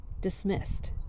dismissed